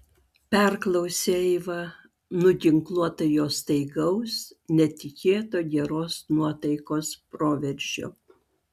perklausė eiva nuginkluota jo staigaus netikėto geros nuotaikos proveržio